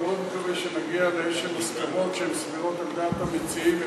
ואני מאוד מקווה שנגיע לאיזשהן מסקנות שהן סבירות על דעת המציעים,